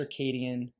circadian